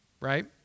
right